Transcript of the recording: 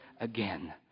again